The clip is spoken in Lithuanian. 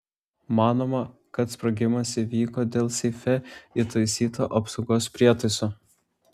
manoma kad sprogimas įvyko dėl seife įtaisyto apsaugos prietaiso